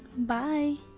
bye